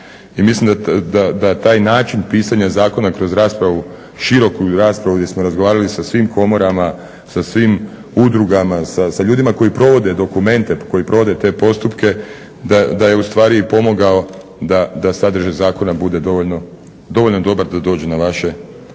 mislim da taj način pisanja zakona kroz raspravu, široku raspravu gdje smo razgovarali sa svim komorama, sa svim udrugama, sa ljudima koji provode dokumente, koji provode te postupke, da je u stvari i pomogao da sadržaj zakona bude dovoljno, dovoljno dobar da dođe na vaše klupe.